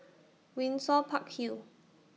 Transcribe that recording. Windsor Park Hill